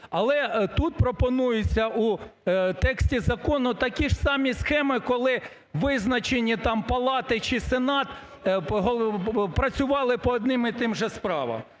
Але тут пропонується у тексті законі такі ж самі схеми, коли визначені там палати чи сенат працювали по одним і тим же справам.